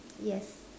yes